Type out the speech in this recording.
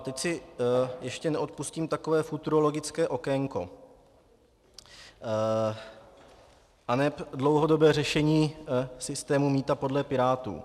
Teď si ještě neodpustím takové futurologické okénko aneb dlouhodobé řešení systému mýta podle Pirátů.